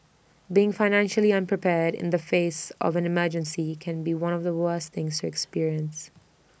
being financially unprepared in the face of an emergency can be one of the worst things to experience